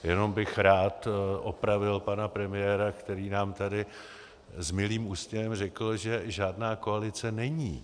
Jenom bych rád opravil pana premiéra, který nám tady s milým úsměvem řekl, že žádná koalice není.